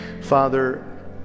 Father